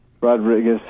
Rodriguez